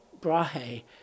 Brahe